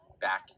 back